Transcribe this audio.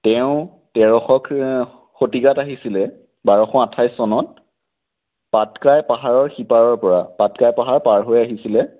তেওঁ তেৰশ খ্ শতিকাত আহিছিলে বাৰশ আঠাইছ চনত পাটকাই পাহাৰৰ সিপাৰৰ পৰা পাটকাই পাহাৰ পাৰ হৈ আহিছিলে